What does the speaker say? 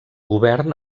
govern